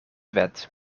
wet